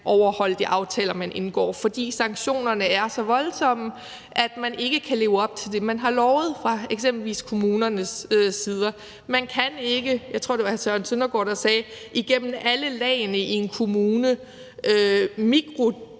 overholde de aftaler, man indgår, fordi sanktionerne er så voldsomme, at man ikke kan leve op til det, man har lovet, eksempelvis fra kommunernes side. Man kan ikke – jeg tror, det var hr. Søren Søndergaard, der sagde det – igennem alle lagene i en kommune mikrodetaljeret